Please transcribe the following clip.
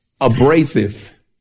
abrasive